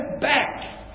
back